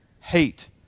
hate